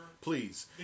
Please